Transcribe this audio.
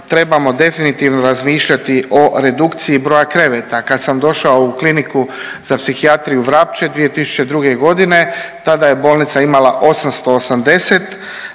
trebamo definitivno razmišljati o redukciji broja kreveta. Kad sam došao u Kliniku za psihijatriju Vrapče 2002. g., tada je bolnica imala 880